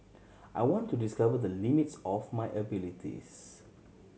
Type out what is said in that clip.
I want to discover the limits of my abilities